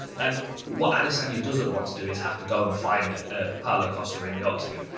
and what adesanya doesn't want to do is have to go and find ah paulo costa in the octagon.